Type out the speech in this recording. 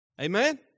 Amen